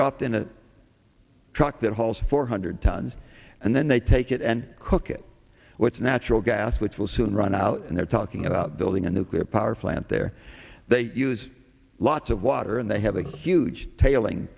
dropped in a truck that hauls four hundred tons and then they take it and cook it what's natural gas which will soon run out and they're talking about building a nuclear power plant there they use lots of water and they have a huge tailing